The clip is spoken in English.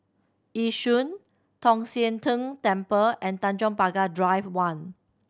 Yishun Tong Sian Tng Temple and Tanjong Pagar Drive One